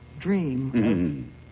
dream